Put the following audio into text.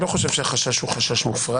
איני חושש שהחשש הוא מופרז.